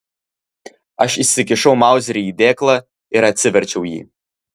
aš įsikišau mauzerį į dėklą ir atsiverčiau jį